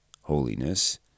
holiness